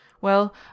Well